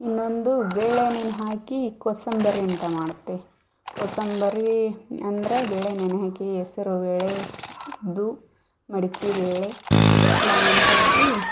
ಇನ್ನೊಂದು ಬೇಳೆ ನೆನೆಹಾಕಿ ಕೋಸಂಬರಿ ಅಂತ ಮಾಡ್ತೀವಿ ಕೋಸಂಬರಿ ಅಂದರೆ ಬೇಳೆ ನೆನೆಹಾಕಿ ಹೆಸ್ರು ಬೇಳೆ ಉದ್ದು ಮಡ್ಕೆ ಬೇಳೆ ಎಲ್ಲ ನೆನೆಹಾಕಿ